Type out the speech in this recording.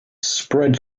spread